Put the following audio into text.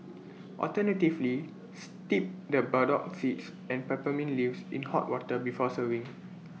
alternatively steep the burdock seeds and peppermint leaves in hot water before serving